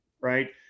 right